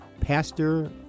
Pastor